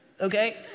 okay